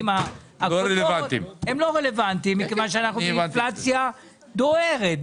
הם לא רלבנטיים מכיוון שאנחנו באינפלציה דוהרת,